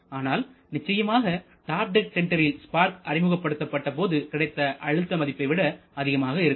ஆனால் நிச்சயமாக top dead சென்டரில் ஸ்பார்க் அறிமுகப்படுத்தப்பட்டபோது கிடைத்த அழுத்தத்தை விட அதிகமாக இருக்கும்